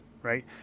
Right